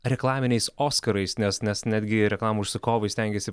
reklaminiais oskarais nes nes netgi reklamų užsakovai stengiasi